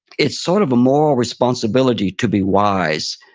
it's sort of a moral responsibility to be wise,